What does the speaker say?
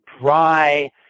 dry